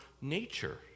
nature